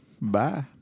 Bye